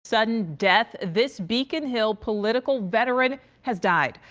sudden death. this beacon hill political veteran has died.